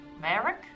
Merrick